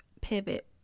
pivot